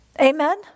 Amen